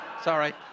Sorry